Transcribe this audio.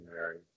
Mary